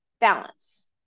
balance